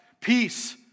peace